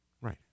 Right